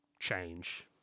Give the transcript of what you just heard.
change